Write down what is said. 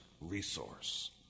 resource